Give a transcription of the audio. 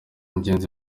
ngenzi